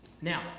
Now